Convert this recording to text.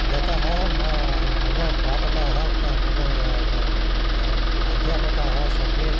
यतः म मम पाठकाः क मम अध्यापकाः सर्वे